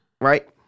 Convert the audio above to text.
Right